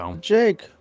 Jake